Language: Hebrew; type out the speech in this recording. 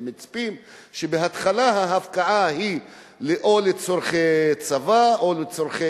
שבהתחלה ההפקעה היא לצורכי צבא או לצורכי